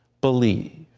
believe.